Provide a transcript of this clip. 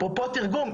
אפרופו תרגום,